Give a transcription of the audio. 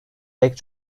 pek